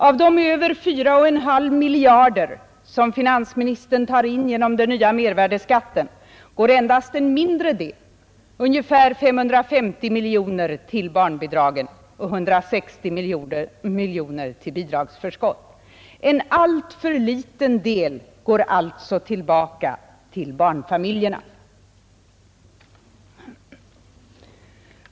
Av de över 4,5 miljarder som finansministern tar in genom den nya mervärdeskatten går endast en mindre del, ungefär 550 miljoner, till barnbidragen och vidare 160 miljoner till bidragsförskott. En alltför liten del går alltså tillbaka till barnfamiljerna.